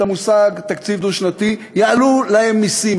המושג תקציב דו-שנתי: יעלו להם מסים,